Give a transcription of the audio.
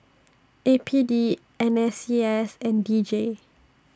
A P D N S C S and D J